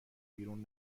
بیرون